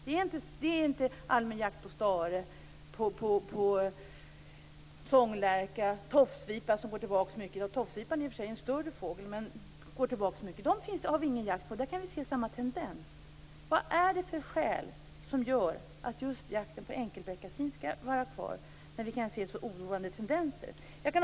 Det är ingen allmän jakt på stare, sånglärka eller tofsvipa - i och för sig en större fågel men ändå en som går tillbaka mycket. Dem har vi ingen jakt på, men där kan vi se samma tendens. Vad är det för skäl som gör att just jakten på enkelbeckasin skall vara kvar när vi kan se så oroande tendenser?